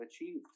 achieved